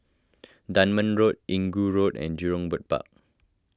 Dunman Road Inggu Road and Jurong Bird Park